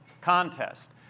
contest